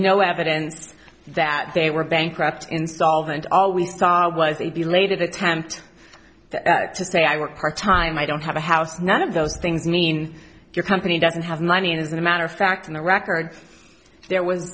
no evidence that they were bankrupt insolvent all we start was a belated attempt to say i work part time i don't have a house none of those things mean your company doesn't have money and as a matter of fact in the record there was